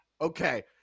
Okay